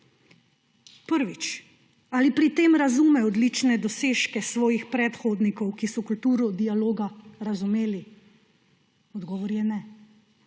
Prvič. Ali pri tem razume odlične dosežke svojih predhodnikov, ki so kulturo dialoga razumeli? Odgovor je: ne.